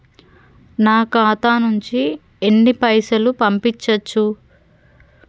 నా ఖాతా నుంచి ఎన్ని పైసలు పంపించచ్చు?